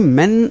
men